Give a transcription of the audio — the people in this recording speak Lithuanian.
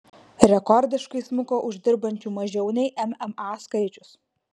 rekordiškai smuko uždirbančių mažiau nei mma skaičius